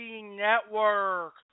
Network